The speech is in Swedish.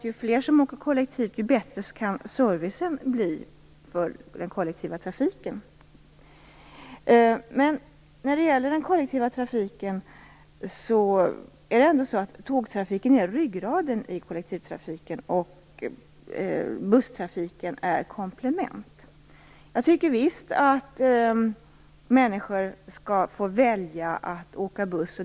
Ju fler som åker kollektivt, desto bättre kan servicen bli för den kollektiva trafiken. När det gäller den kollektiva trafiken är tågtrafiken ändå ryggraden. Busstrafiken är ett komplement. Jag tycker visst att människor skall få välja att åka buss.